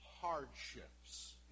hardships